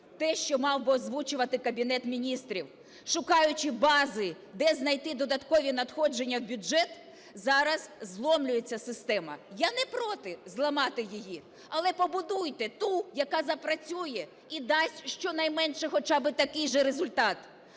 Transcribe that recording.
те, що мав би озвучувати Кабінет Міністрів, шукаючи бази, де знайти додаткові надходження в бюджет. Зараз зламлюється система. Я не проти зламати її, але побудуйте ту, яка запрацює і дасть щонайменше хоча би такий же результат.